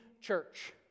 church